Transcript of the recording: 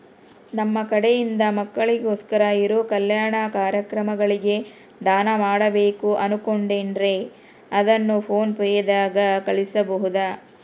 ನಮ್ಮ ಕಡೆಯಿಂದ ಮಕ್ಕಳಿಗೋಸ್ಕರ ಇರೋ ಕಲ್ಯಾಣ ಕಾರ್ಯಕ್ರಮಗಳಿಗೆ ದಾನ ಮಾಡಬೇಕು ಅನುಕೊಂಡಿನ್ರೇ ಅದನ್ನು ಪೋನ್ ಪೇ ದಾಗ ಕಳುಹಿಸಬಹುದಾ?